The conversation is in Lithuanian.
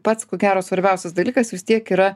pats ko gero svarbiausias dalykas vis tiek yra